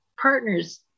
partner's